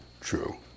true